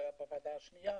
שהיה בוועדה השנייה,